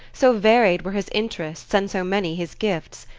so varied were his interests and so many his gifts.